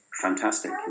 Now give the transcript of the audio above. fantastic